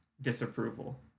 disapproval